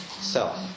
self